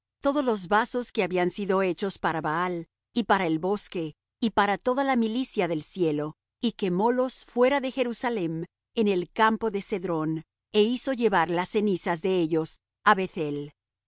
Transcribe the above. todos los vasos que habían sido hechos para baal y para el bosque y para toda la milicia del cielo y quemólos fuera de jerusalem en el campo de cedrón é hizo llevar las cenizas de ellos